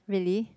really